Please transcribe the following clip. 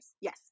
yes